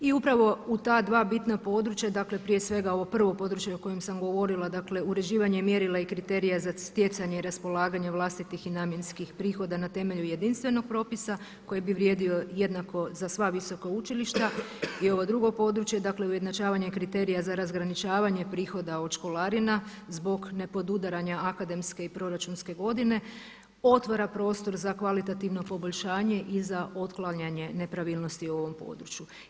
I upravo u ta dva bitna područja, prije svega ovo prvo područje o kojem sam govorila uređivanje mjerila i kriterija za stjecanje i raspolaganje vlastitih i namjenskih prihoda na temelju jedinstvenog propisa koji bi vrijedio jednako za sva visoka učilišta i ovo drugo područje, dakle ujednačavanje kriterija za razgraničavanje prihoda od školarina zbog nepodudaranja akademske i proračunske godine, otvara prostor za kvalitativno poboljšanje i za otklanjanje nepravilnosti u ovom području.